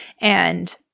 and-